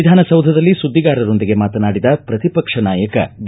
ವಿಧಾನಸೌಧದಲ್ಲಿ ಸುದ್ದಿಗಾರರೊಂದಿಗೆ ಮಾತನಾಡಿದ ಪ್ರತಿಪಕ್ಷ ನಾಯಕ ಬಿ